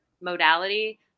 modality